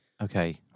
Okay